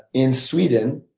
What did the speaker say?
in sweden,